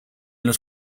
los